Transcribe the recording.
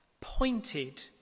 pointed